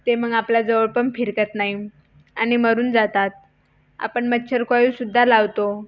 ते मग आपल्या जवळ पण फिरकत नाही आणि मरून जातात आपण मच्छर कॉईलसुद्धा लावतो